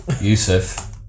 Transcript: Yusuf